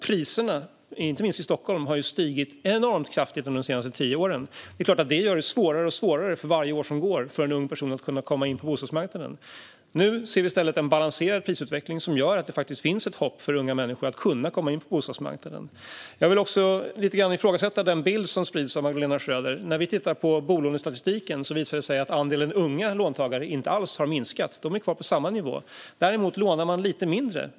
Priserna, inte minst i Stockholm, har stigit enormt kraftigt under de senaste tio åren. Det är klart att detta för varje år som går gör det svårare för en ung person att komma in på bostadsmarknaden. Nu ser vi i stället en balanserad prisutveckling som gör att det faktiskt finns ett hopp för unga människor om att kunna komma in på bostadsmarknaden. Jag vill också lite grann ifrågasätta den bild som sprids av Magdalena Schröder. När vi tittar på bolånestatistiken visar det sig att andelen unga låntagare inte alls har minskat utan är kvar på samma nivå. Däremot lånar man lite mindre.